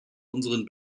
unseren